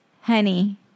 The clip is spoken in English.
honey